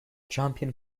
champion